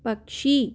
पक्षी